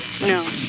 No